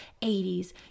80s